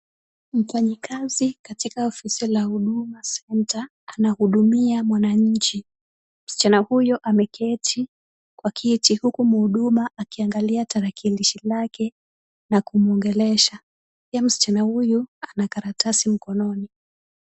Mfanyikazi katika ofisi ya huduma center anahudumia mwananchi. Msichana huyo ameketi kwa kiti huku mhuduma anaangalia tarakilishi lake na kumuongelesha. Pia msichana huyu ana karatasi mkononi.